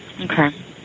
Okay